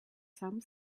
some